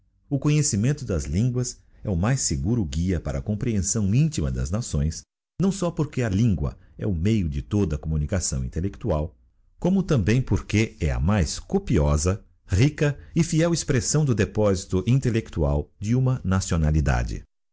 o conhecimento das línguas é o mais seguro guia para a comprehensão intima das nações nào só porque a língua é o meio de toda a communicação intelectual como também porque é a mais cojdosa rica e fiel expressão do deposito inteluctual de uma nacionalidade